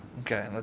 Okay